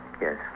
Yes